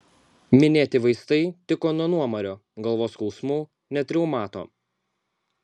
minėti vaistai tiko nuo nuomario galvos skausmų net reumato